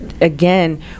again